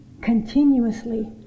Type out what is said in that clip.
Continuously